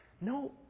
No